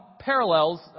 parallels